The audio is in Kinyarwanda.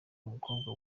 umukobwa